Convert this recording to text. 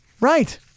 Right